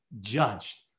judged